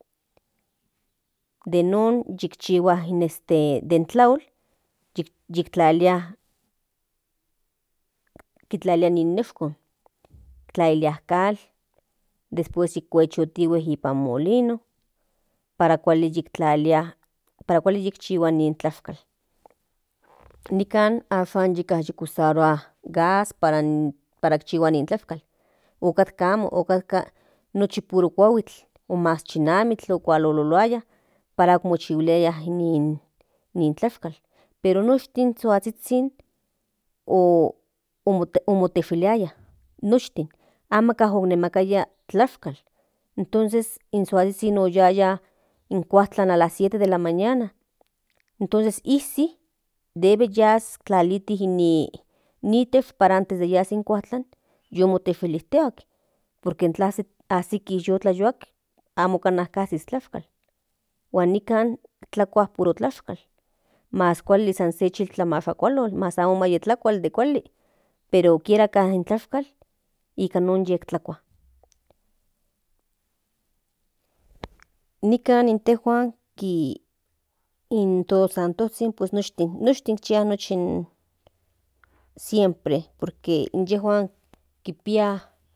Yi non yikchihua den tlaol yektlalia ni meshkol tlalilia kal después otkuechotihue nipan molino para kuali yiktlalia para kuali yikchihua in tlashkal nikan ashan yeka yiki usarua gas para yikchihua ni tlashkal otkatka amo otkatka nochi puro kuahuitl mas chinamikl puro kualololuaya para ako mochihuaya ni tlashkal pero noshtin suazhizhin omoteshiliaya noshtin amaka onimakiltiaya tlashkal tonces suazhizhin oyaya alas 7 de la mañana tos izi debe yas tlaliti ni para antes de yas in kuajtlan yu moteshiliktihua por que in tla tiaziti yu tlayoakl amaka kasis tlashkal huan nikan tlakua ppuro tlashkal mas kuali se chiñltlamashakualol mas amo ka tlakual kuali pero kiera ka tlashksl nikan non kiera yu tlakua nikan intejuan to santozhin noshtin chihua siempre por que inyejuan tikpia.